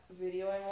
video